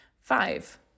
Five